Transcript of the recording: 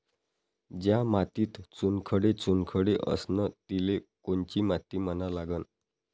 ज्या मातीत चुनखडे चुनखडे असन तिले कोनची माती म्हना लागन?